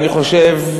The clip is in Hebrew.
אני חושב,